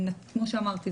כמו שאמרתי,